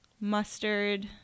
mustard